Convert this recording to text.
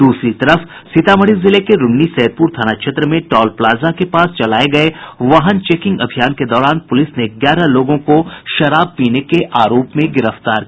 दूसरी तरफ सीतामढ़ी जिले के रून्नीसैदपुर थाना क्षेत्र में टॉल प्लाजा के पास चलाये गये वाहन चेकिंग अभियान के दौरान पुलिस ने ग्यारह लोगों को शराब पीने के आरोप में गिरफ्तार किया है